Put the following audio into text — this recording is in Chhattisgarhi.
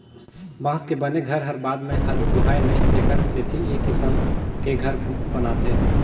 बांस के बने घर हर बाद मे हालू बोहाय नई तेखर सेथी ए किसम के घर बनाथे